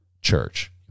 church